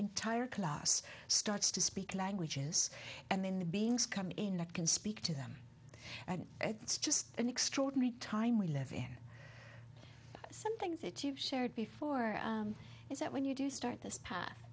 entire class starts to speak languages and then the beings come in and i can speak to them and it's just an extraordinary time we live in there are some things that you've shared before is that when you do start this path